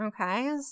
Okay